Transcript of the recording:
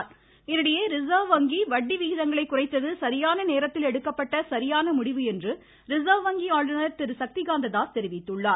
க்க்க்க்க Shaktikanta Das இதனிடையே reserve வங்கி வட்டி விகிதங்களை குறைத்தது சரியான நேரத்தில் எடுக்கப்பட்ட சரியான முடிவு என்று ரிஸர்வ் வங்கி ஆளுநர் திரு சக்தி காந்த தாஸ் தெரிவித்துள்ளார்